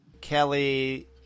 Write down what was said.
Kelly